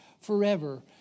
forever